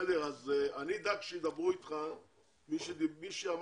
אז כל דבר כזה צריך שני